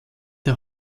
der